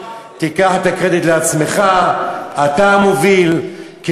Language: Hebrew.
תיקח את הקרדיט לעצמך למה שלא תצטרף?